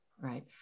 right